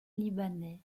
libanais